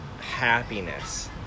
happiness